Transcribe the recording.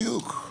בדיוק.